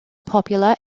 popular